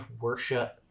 worship